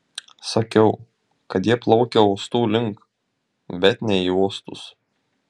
sakiau kad jie plaukia uostų link bet ne į uostus